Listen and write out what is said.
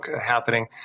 happening